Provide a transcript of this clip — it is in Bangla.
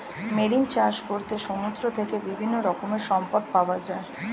মেরিন চাষ করাতে সমুদ্র থেকে বিভিন্ন রকমের সম্পদ পাওয়া যায়